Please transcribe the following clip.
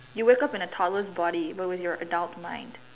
you wake up in a toddler's body but with your adult mind